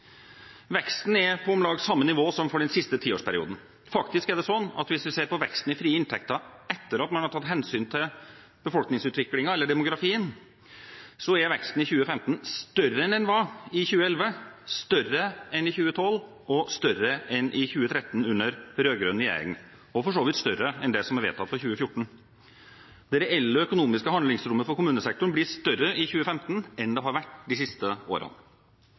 Veksten er på om lag samme nivå som for den siste tiårsperioden. Faktisk er det slik at hvis vi ser på veksten i frie inntekter etter at man har tatt hensyn til befolkningsutviklingen, demografien, er veksten i 2015 større enn den var i 2011, større enn i 2012 og større enn i 2013 – under rød-grønn regjering – og for så vidt større enn det som er vedtatt for 2014. Det reelle økonomiske handlingsrommet for kommunesektoren blir større i 2015 enn det har vært de siste årene.